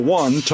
one